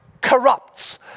corrupts